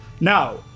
Now